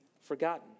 forgotten